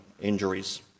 injuries